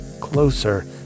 closer